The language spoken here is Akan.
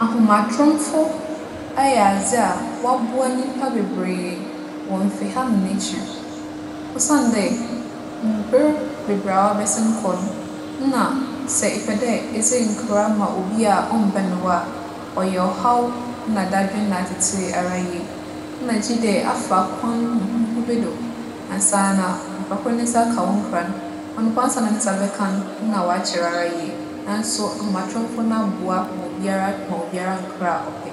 Ahomatromfo ayɛ adze a ͻaboa nyimpa beberee wͻ mfeha na n'ekyir. Osiandɛ, mber beberee a wͻabɛsen kͻ no, nna sɛ epɛ dɛ edze nkra ma obi a ͻmmbɛn wo a, ͻyɛ ͻhaw na dadwen na atsetsee ara yie. Nna gyedɛ afa kwan huhuuhu bi do ansaana nyimpakor no ne nsa aka wo nkra no. ͻno mpo ansaana ne nsa bɛka no, nna ͻakyɛr ara yie naaso ahomatromfo no aboa ma obiara ma obiara nkra a ͻpɛ.